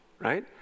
right